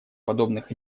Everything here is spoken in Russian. подобных